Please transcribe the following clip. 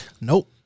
Nope